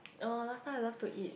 oh last time I love to eat